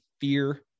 fear